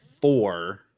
four